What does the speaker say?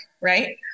right